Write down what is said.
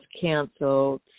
canceled